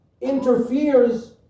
interferes